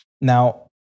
Now